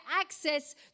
access